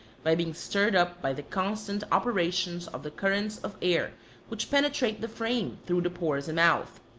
by being stirred up by the constant operations of the currents of air which penetrate the frame through the pores and mouth.